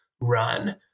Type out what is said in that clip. run